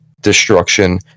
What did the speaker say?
destruction